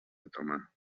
otomà